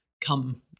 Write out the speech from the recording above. come